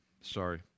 Sorry